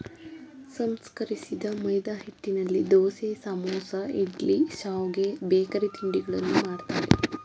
ಸಂಸ್ಕರಿಸಿದ ಮೈದಾಹಿಟ್ಟಿನಲ್ಲಿ ದೋಸೆ, ಸಮೋಸ, ಇಡ್ಲಿ, ಶಾವ್ಗೆ, ಬೇಕರಿ ತಿಂಡಿಗಳನ್ನು ಮಾಡ್ತರೆ